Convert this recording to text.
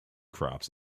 crops